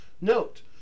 Note